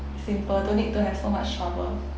simple don't need to have so much trouble